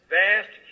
vast